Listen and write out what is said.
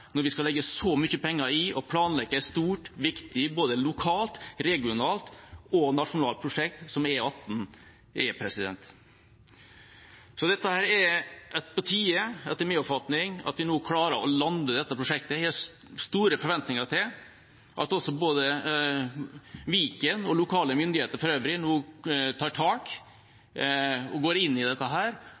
når vi skal legge så mye penger i å planlegge et stort, viktig – både lokalt, regionalt og nasjonalt – prosjekt som E18 er. Det er på tide, etter min oppfatning, at vi nå klarer å lande dette prosjektet. Jeg har store forventninger til at både Viken og lokale myndigheter for øvrig nå tar tak og går inn i dette,